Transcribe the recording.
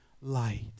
light